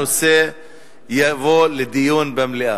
הנושא יבוא לדיון במליאה.